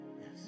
Yes